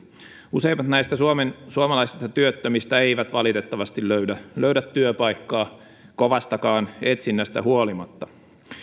useimmat näistä suomalaisista työttömistä eivät valitettavasti löydä löydä työpaikkaa kovastakaan etsinnästä huolimatta